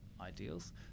ideals